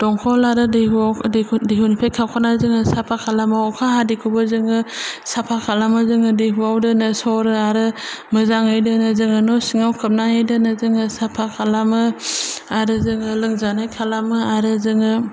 दंखल आरो दैहुआव दैखरनिफ्राय खावखांनानै जोङो साफा खालामो अखा हादैखौबो जोङो साफा खालामो जोङो दैहुआव दोनो सरो आरो मोजाङै दोनो जोङो न' सिङाव खोबनानै दोनो जोङो साफा खालामो आरो जोङो लोंजानाय खालामो आरो जोङो